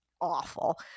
awful